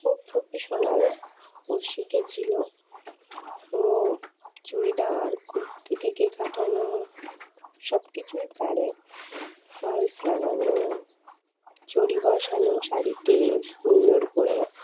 ও professional ও শিখেছিলো ও চুড়িদার কুর্তি থেকে কাটানো সব কিছুই পারে ফলস লাগানো জরি বসানো শাড়িতে সুন্দর করে